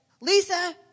Lisa